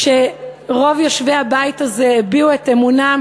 כשרוב יושבי הבית הזה הביעו את אמונם